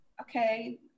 okay